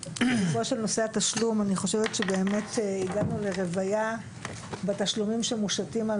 אני חושבת שהגענו לרוויה בתשלומים שמושתים על